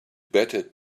better